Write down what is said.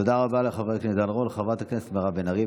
תודה רבה לחבר הכנסת עידן רול.